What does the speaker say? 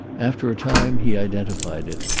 after a time he identified it.